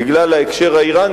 בגלל ההקשר האירני,